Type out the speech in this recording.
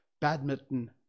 Badminton